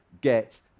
get